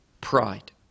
pride